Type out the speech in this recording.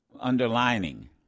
underlining